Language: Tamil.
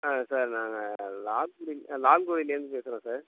ஆ சார் நாங்கள் லால்குடி லால்குடிலேருந்து பேசுகிறோம் சார்